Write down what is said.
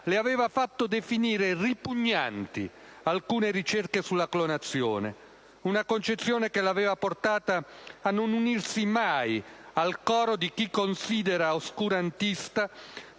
le aveva fatto definire ripugnanti alcune ricerche sulla clonazione. Una concezione che l'aveva portata a non unirsi mai al coro di chi considera oscurantista